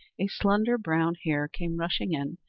a slender brown hare came rushing in,